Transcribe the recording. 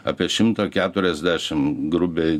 apie šimtą keturiasdešim grubiai